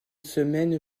semaine